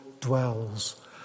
dwells